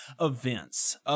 events